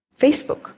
Facebook